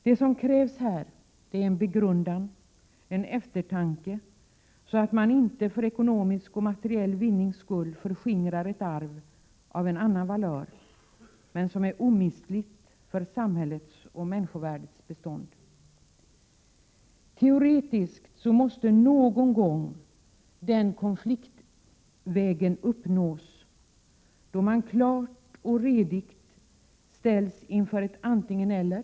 Det som här krävs är en begrundan, en eftertanke, så att man inte för ekonomisk och materiell vinnings skull förskingrar ett arv av en annan valör men som är omistligt för samhällets och människovärdets bestånd. Teoretiskt måste någon gång den situationen uppstå att man klart och redigt ställs inför ett antingen-eller.